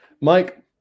Mike